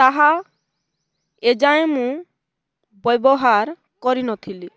ତାହା ଏଯାଏଁ ମୁଁ ବ୍ୟବହାର କରିନଥିଲି